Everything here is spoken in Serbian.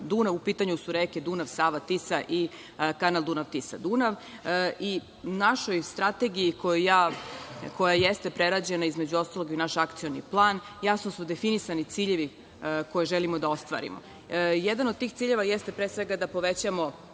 U pitanju su reke Dunav, Sava, Tisa i Kanal Dunav-Tisa-Dunav.U našoj strategiji koja jeste prerađena, između ostalog i naš akcioni plan jasno su definisani ciljevi koje želimo da ostvarimo. Jedan od tih ciljeva jeste pre svega da povećamo